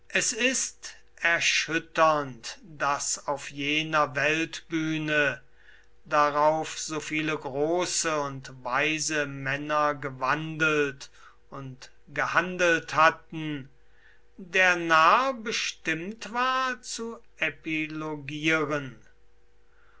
es ist erschütternd daß auf jener weltbühne darauf so viele große und weise männer gewandelt und gehandelt hatten der narr bestimmt war zu